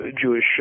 Jewish